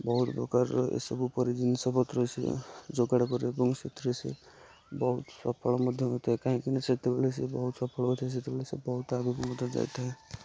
ବହୁତ ପ୍ରକାରର ଏସବୁ ପରି ଜିନିଷ ପତ୍ର ସେ ଯୋଗାଡ଼ କରେ ଏବଂ ସେଥିରେ ସିଏ ବହୁତ ପ୍ରକାର ମଧ୍ୟ ହୋଇଥାଏ କାହିଁକି ନା ସେତେବେଳେ ସିଏ ବହୁତ ସଫଳ ହୋଇଥାଏ ସେଥିପାଇଁ ସେ ବହୁତ ସହ ଆଗକୁ ମଧ୍ୟ ଯାଇଥାଏ